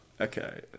Okay